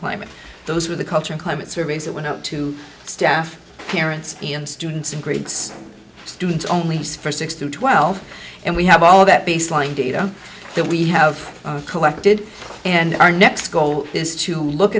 climate those were the cultural climate surveys that went out to staff parents and students in grades students only six to twelve and we have all that baseline data that we have collected and our next goal is to look